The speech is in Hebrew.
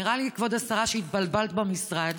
נראה לי, כבוד השרה, שהתבלבלת במשרד,